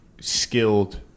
skilled